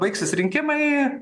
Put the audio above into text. baigsis rinkimai ir tada